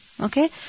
Okay